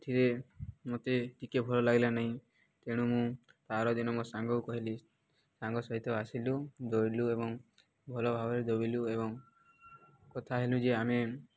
ଏଥିରେ ମୋତେ ଟିକେ ଭଲ ଲାଗିଲା ନାହିଁ ତେଣୁ ମୁଁ ତା ଆର ଦିନ ମୋ ସାଙ୍ଗକୁ କହିଲି ସାଙ୍ଗ ସହିତ ଆସିଲୁ ଦୌଡ଼ିଲୁ ଏବଂ ଭଲ ଭାବରେ ଭାବିଲୁ ଏବଂ କଥା ହେଲୁ ଯେ ଆମେ